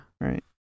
Right